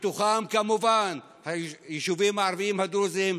ובתוכם כמובן היישובים הערביים הדרוזיים,